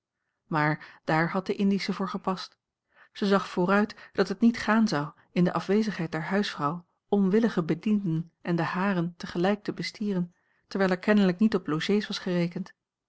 maar daar had de indische voor gepast zij zag vooruit dat het niet gaan zou in de afwezigheid der huisvrouw onwillige bedienden en de haren tegelijk te bestieren terwijl er kenlijk niet op logés was gerekend